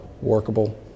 workable